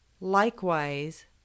Likewise